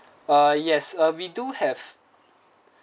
uh yes uh we do have